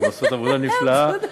שעושות עבודה נפלאה,